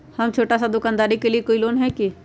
हम छोटा सा दुकानदारी के लिए कोई लोन है कि?